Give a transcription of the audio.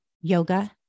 yoga